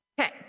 Okay